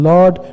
Lord